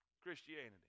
Christianity